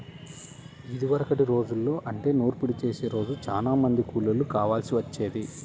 ఇదివరకటి రోజుల్లో అంటే నూర్పిడి చేసే రోజు చానా మంది కూలోళ్ళు కావాల్సి వచ్చేది